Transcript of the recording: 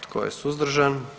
Tko je suzdržan?